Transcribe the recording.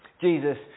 Jesus